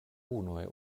unue